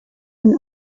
and